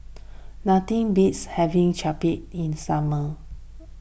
nothing beats having Chapati in the summer